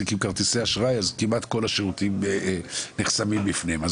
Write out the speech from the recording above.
כרטיסי אשראי וכמעט כל השירותים נחסמים להם,